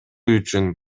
үчүн